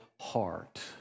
heart